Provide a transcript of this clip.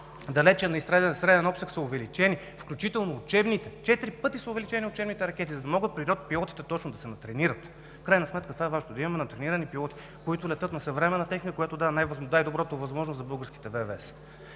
далечен и среден обсег са увеличени, включително учебните – четири пъти са увеличени учебните ракети, за да могат пилотите да се натренират. В крайна сметка това е важното – да имаме натренирани пилоти, които да летят на съвременна техника, която да е най-доброто възможно за българските